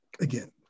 again